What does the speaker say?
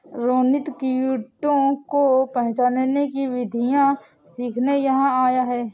रोनित कीटों को पहचानने की विधियाँ सीखने यहाँ आया है